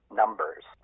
numbers